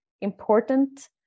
important